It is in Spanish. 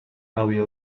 había